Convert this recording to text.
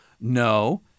No